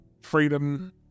freedom